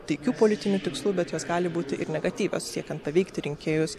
taikių politinių tikslų bet jos gali būti ir negatyvios siekiant paveikti rinkėjus